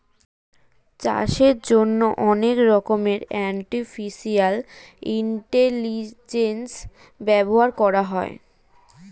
চাষের জন্যে অনেক রকমের আর্টিফিশিয়াল ইন্টেলিজেন্স ব্যবহার করা হয়